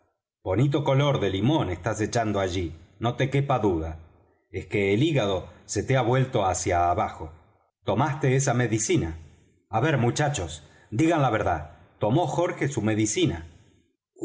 bonito color de limón estás echando allí no te quepa duda es que el hígado se te ha vuelto hacia abajo tomaste esa medicina á ver muchachos digan la verdad tomó jorge su medicina